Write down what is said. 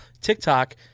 tiktok